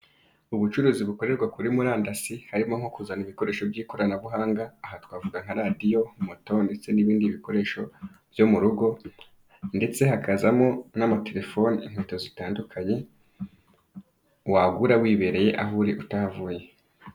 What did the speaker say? Ubucuruzi bukorerwa kuri murandasi harimo nko kuzana ibikoresho by'ikoranabuhanga, aha twavuga nka radio, moto ndetse n'ibindi bikoresho byo mu rugo ndetse hakazamo n'amatelefone, inkweto zitandukanye wagura wibereye aho uri utahavuye.